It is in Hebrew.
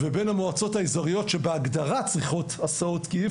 ובין המועצות האזוריות שבהגדרה צריכות הסעות - כי אי